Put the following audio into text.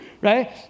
right